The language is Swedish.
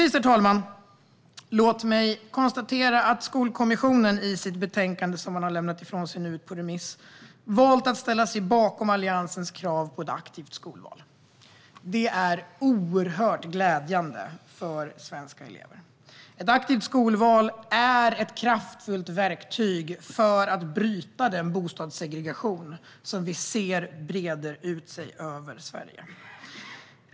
Låt mig avslutningsvis konstatera att Skolkommissionen i det betänkande som har lämnats och som nu är ute på remiss har valt att ställa sig bakom Alliansens krav på ett aktivt skolval. Det är oerhört glädjande för svenska elever. Ett aktivt skolval är ett kraftfullt verktyg för att bryta den bostadssegregation som vi ser breder ut sig över Sverige.